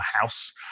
house